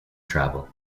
travel